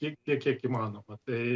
tiek kiek kiek įmanoma tai